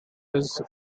his